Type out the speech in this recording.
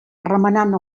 remenant